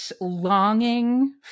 longing